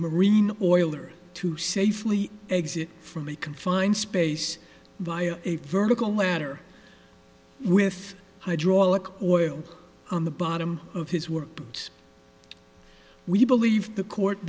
marine oil or to safely exit from a confined space via a vertical ladder with hydraulic oil on the bottom of his work but we believe the court